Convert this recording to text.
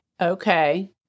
Okay